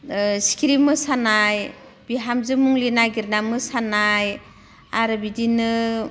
सिखिरि मोसानाय बिहामजो मंग्लि नागिरना मोसानाय आरो बिदिनो